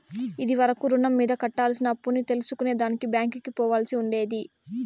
ఇది వరకు రుణం మీద కట్టాల్సిన అప్పుని తెల్సుకునే దానికి బ్యాంకికి పోవాల్సి ఉండేది